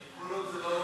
כל עוד זה,